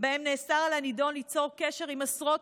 ובהם נאסר על הנידון ליצור קשר עם עשרות